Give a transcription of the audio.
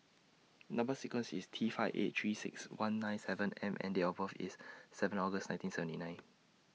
Number sequence IS T five eight three six one nine seven M and Date of birth IS seven August nineteen seventy nine